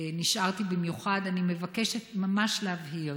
נשארתי במיוחד, אני מבקשת ממש להבהיר.